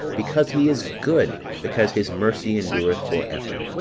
because he is good, because his mercy endureth for ever.